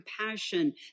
compassion